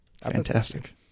Fantastic